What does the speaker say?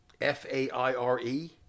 F-A-I-R-E